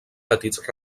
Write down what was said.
petits